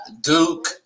duke